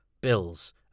bills